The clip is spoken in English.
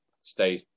stay